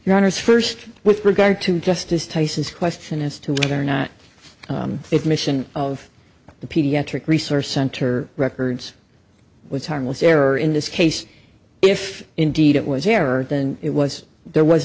your honors first with regard to justice tyson's question as to whether or not its mission of the pediatric resource center records was harmless error in this case if indeed it was error than it was there was